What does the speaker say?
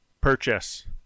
purchase